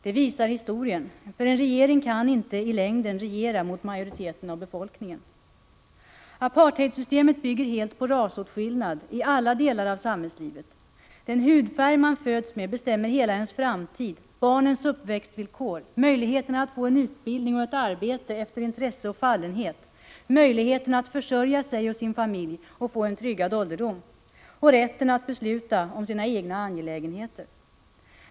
Det visar historien. En regering kan inte i längden regera mot majoriteten av befolkningen. Apartheidsystemet bygger helt på rasåtskillnad i alla delar av samhällslivet. Den hudfärg man föds med bestämmer hela ens framtid, barnens uppväxtvillkor, möjligheterna att få en utbildning och ett arbete efter intresse och fallenhet, möjligheten att försörja sig och sin familj och få en tryggad ålderdom samt rätten att besluta om sina egna angelägenheter.